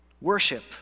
Worship